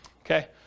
Okay